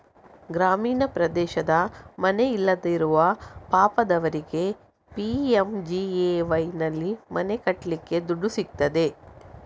ಗ್ರಾಮೀಣ ಪ್ರದೇಶದ ಮನೆ ಇಲ್ಲದಿರುವ ಪಾಪದವರಿಗೆ ಪಿ.ಎಂ.ಜಿ.ಎ.ವೈನಲ್ಲಿ ಮನೆ ಕಟ್ಲಿಕ್ಕೆ ದುಡ್ಡು ಸಿಗ್ತದೆ